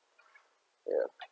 ya